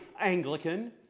Anglican